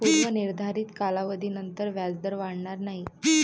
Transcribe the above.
पूर्व निर्धारित कालावधीनंतर व्याजदर वाढणार नाही